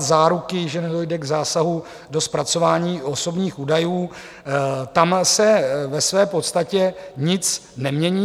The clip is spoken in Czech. Záruky, že nedojde k zásahu do zpracování osobních údajů tam se ve své podstatě nic nemění.